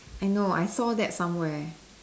I know I saw that somewhere